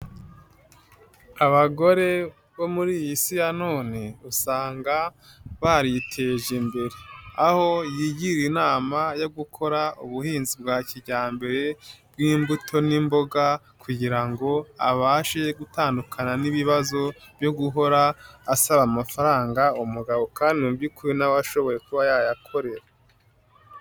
Abagore bo muri iyi Isi ya none, usanga bariteje imbere, aho yigira inama yo gukora ubuhinzi bwa kijyambere bw'imbuto n'imboga kugira ngo abashe gutandukana n'ibibazo byo guhora asaba amafaranga umugabo kandi mu by'ukuri ntashoboye kuba yayakorera.